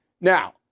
Now